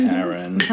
Karen